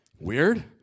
Weird